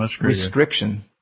restriction